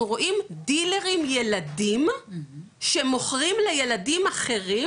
אנחנו רואים דילרים ילדים שמוכרים לילדים אחרים,